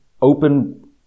open